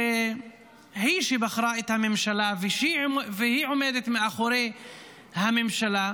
שבחרה את הממשלה ועומדת מאחורי הממשלה.